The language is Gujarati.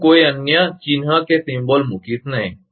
હું કોઈ અન્ય પ્રતીકચિહ્ન મૂકીશ નહીં